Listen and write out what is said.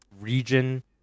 region